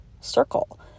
circle